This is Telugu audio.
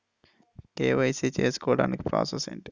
కే.వై.సీ చేసుకోవటానికి ప్రాసెస్ ఏంటి?